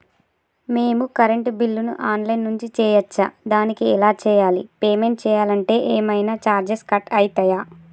మేము కరెంటు బిల్లును online నుంచి చేయచ్చా? దానికి ఎలా చేయాలి? పేమెంట్ చేయాలంటే ఏమైనా చార్జెస్ కట్ అయితయా?